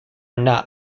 not